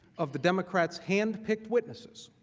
of the democrats hand picked witnesses